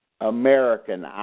American